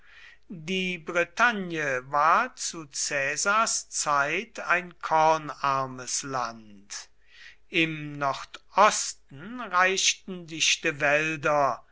die bretagne war zu caesars zeit ein kornarmes land im nordosten reichten dichte wälder